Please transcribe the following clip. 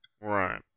Right